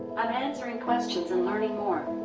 i'm answering questions and learning more.